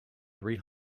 three